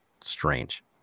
strange